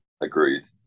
Agreed